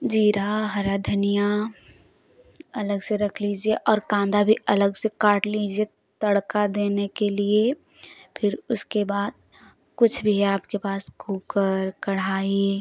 जीरा हरा धनिया अलग से रख लीजिए और कांदा भी अलग से काट लीजिए तड़का देने के लिए फिर उसके बाद कुछ भी है आपके पास कुकर कढ़ाई